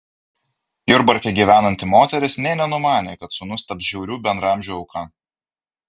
jurbarke gyvenanti moteris nė nenumanė kad sūnus taps žiaurių bendraamžių auka